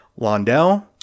Londell